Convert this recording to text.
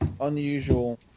unusual